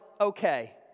okay